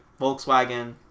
volkswagen